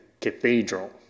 cathedral